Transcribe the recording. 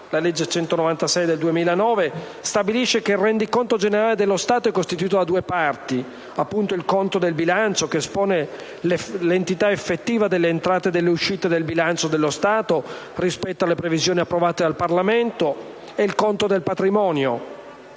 (legge n. 196 del 2009) stabilisce che il rendiconto generale dello Stato è costituito da due parti: il conto del bilancio, che espone l'entità effettiva delle entrate e delle uscite del bilancio dello Stato rispetto alle previsioni approvate dal Parlamento; il conto del patrimonio,